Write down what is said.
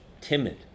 timid